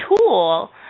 Tool